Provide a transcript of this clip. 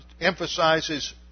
emphasizes